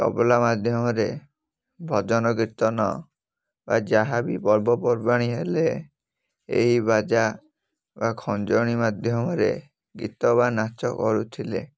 ତବଲା ମାଧ୍ୟମରେ ଭଜନ କୀର୍ତ୍ତନ ବା ଯାହା ବି ପର୍ବପର୍ବାଣି ହେଲେ ଏହି ବାଜା ବା ଖଞ୍ଜଣି ମାଧ୍ୟମରେ ଗୀତ ବା ନାଚ କରୁଥିଲେ